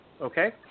okay